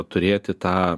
turėti tą